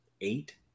eight